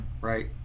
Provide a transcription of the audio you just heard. right